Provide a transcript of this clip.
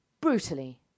brutally